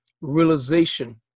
realization